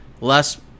Less